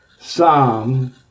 Psalm